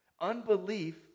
unbelief